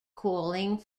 calling